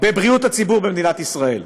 בבריאות הציבור במדינת ישראל,